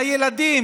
בגלל הילדים